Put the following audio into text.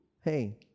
Hey